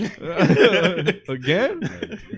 again